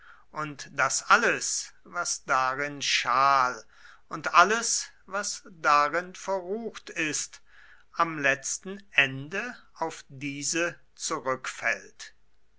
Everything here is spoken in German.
und daß alles was darin schal und alles was darin verrucht ist am letzten ende auf diese zurückfällt